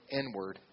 inward